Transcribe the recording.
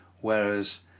Whereas